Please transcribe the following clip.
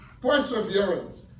perseverance